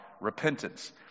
repentance